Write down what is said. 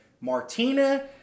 Martina